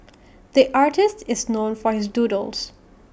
the artist is known for his doodles